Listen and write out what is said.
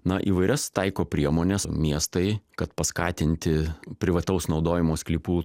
na įvairias taiko priemones miestai kad paskatinti privataus naudojimo sklypų